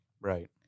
Right